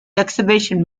exhibition